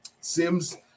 Sims